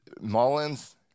Mullins